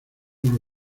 con